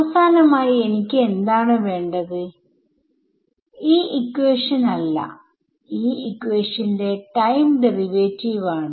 അവസാനമായി എനിക്ക് എന്താണ് വേണ്ടത് ഈ ഇക്വേഷൻ അല്ല ഈ ഇക്വേഷന്റെ ടൈം ഡെറിവേറ്റീവ് ആണ്